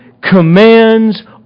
commands